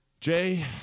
Jay